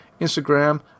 Instagram